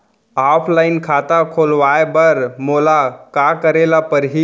Offline खाता खोलवाय बर मोला का करे ल परही?